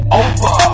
over